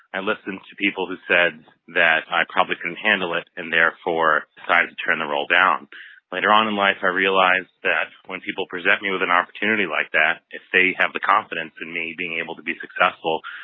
i listened to people who said that i probably couldn't handle it and therefore decided to turn the role down later on in life, i realized that when people present me with an opportunity like that, if they have the confidence in me being able to be successful,